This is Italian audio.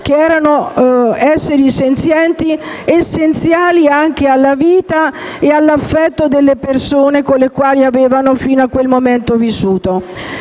400); esseri senzienti essenziali alla vita e all'affetto delle persone con le quali avevano fino a quel momento vissuto.